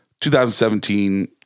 2017